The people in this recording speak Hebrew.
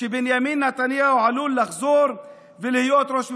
שבנימין נתניהו עלול לחזור ולהיות ראש ממשלה?